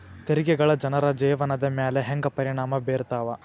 ತೆರಿಗೆಗಳ ಜನರ ಜೇವನದ ಮ್ಯಾಲೆ ಹೆಂಗ ಪರಿಣಾಮ ಬೇರ್ತವ